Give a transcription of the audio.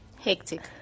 Hectic